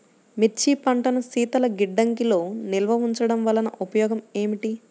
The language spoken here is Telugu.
మిర్చి పంటను శీతల గిడ్డంగిలో నిల్వ ఉంచటం వలన ఉపయోగం ఏమిటి?